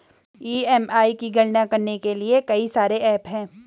EMI की गणना करने के लिए कई सारे एप्प हैं